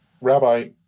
Rabbi